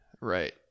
right